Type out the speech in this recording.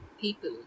people